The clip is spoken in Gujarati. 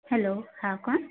હેલ્લો હા કોણ